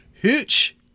Hooch